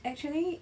actually